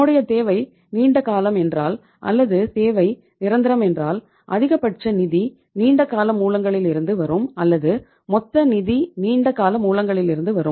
நம்முடைய தேவை நீண்ட காலம் என்றால் அல்லது தேவை நிரந்தரம் என்றால் அதிகபட்ச நிதி நீண்டகால மூலங்களிலிருந்து வரும் அல்லது மொத்த நிதி நீண்ட கால மூலங்களிலிருந்து வரும்